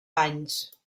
panys